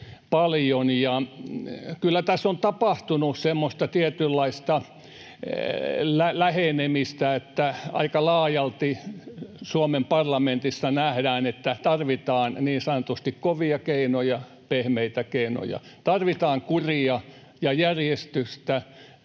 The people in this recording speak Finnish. tässä on tapahtunut semmoista tietynlaista lähenemistä, että aika laajalti Suomen parlamentissa nähdään, että tarvitaan niin sanotusti kovia keinoja, pehmeitä keinoja, tarvitaan kuria ja järjestystä,